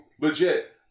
legit